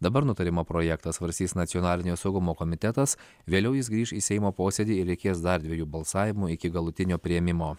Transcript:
dabar nutarimo projektą svarstys nacionalinio saugumo komitetas vėliau jis grįš į seimo posėdį ir reikės dar dviejų balsavimųiki galutinio priėmimo